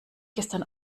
gestern